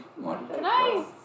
Nice